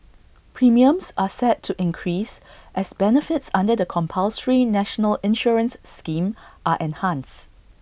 premiums are set to increase as benefits under the compulsory national insurance scheme are enhanced